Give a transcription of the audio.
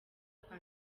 kwa